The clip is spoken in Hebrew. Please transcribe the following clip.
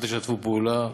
אם לא תשתפו פעולה,